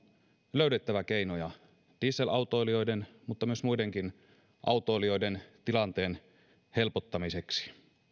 löydettävä keinoja dieselautoilijoiden mutta myös muidenkin autoilijoiden tilanteen helpottamiseksi